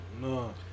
No